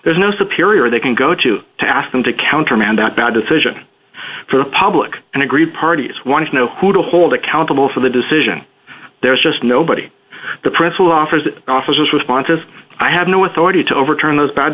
there's no superior they can go to to ask them to countermand that bad decision for the public and agree parties want to know who to hold accountable for the decision there's just nobody the press office that office response is i have no authority to overturn those bad